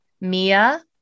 Mia